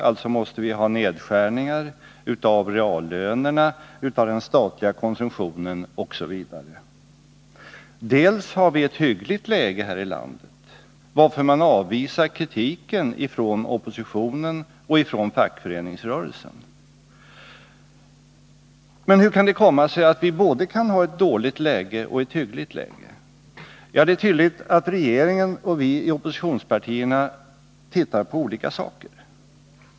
Alltså måste vi ha nedskärningar i reallönerna, i den sakliga konsumtionen osv. Dels har vi ett hyggligt läge här i landet, varför man avvisar kritiken från oppositionen och fackföreningsrörelsen. Men hur kan det komma sig att vi kan ha både ett dåligt läge och ett hyggligt läge? Ja, det är tydligt att regeringen och vi i oppositionspartierna tittar på olika saker.